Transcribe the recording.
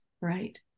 Right